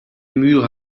muur